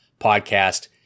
podcast